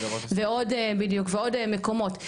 ועוד מקומות.